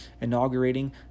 inaugurating